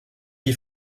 qui